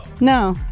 No